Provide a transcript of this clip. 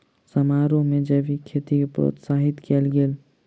समारोह में जैविक खेती के प्रोत्साहित कयल गेल